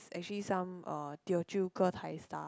actually some uh Teochew getai star